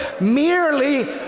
merely